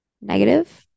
negative